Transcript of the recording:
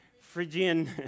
Phrygian